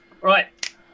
Right